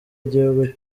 igihugu